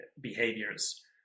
behaviors